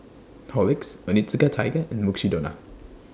Horlicks Onitsuka Tiger and Mukshidonna